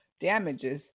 damages